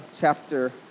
chapter